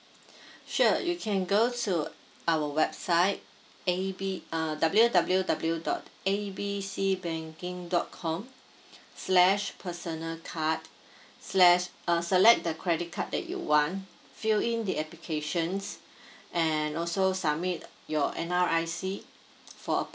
sure you can go to our website A B uh W W W dot A B C banking dot com slash personal card slash uh select the credit card that you want fill in the applications and also submit your N_R_I_C for